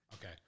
Okay